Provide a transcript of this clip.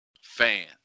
fan